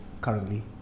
currently